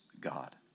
God